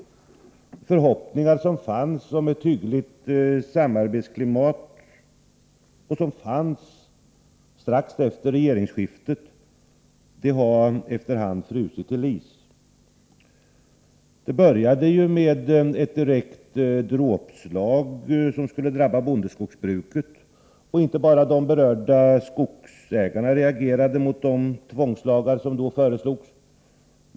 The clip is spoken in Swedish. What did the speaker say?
De förhoppningar om ett hyggligt samarbetsklimat som fanns även strax efter regeringsskiftet har efter hand frusit till is. Det började med ett direkt dråpslag, som skulle drabba bondeskogsbruket. Inte bara de berörda skogsägarna reagerade mot de tvångslagar som då föreslogs.